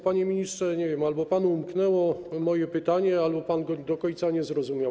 Panie ministrze, nie wiem, albo panu umknęło moje pytanie, albo pan go do końca nie zrozumiał.